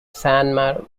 san